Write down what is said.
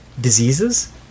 diseases